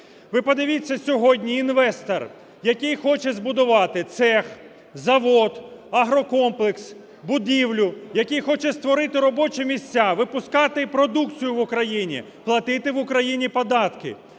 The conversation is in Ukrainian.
Ви подивіться, сьогодні інвестор, який хоче збудувати цех, завод, агрокомплекс, будівлю, який хоче створити робочі місця, випускати продукцію в Україні, платити в Україні податки,